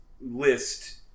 list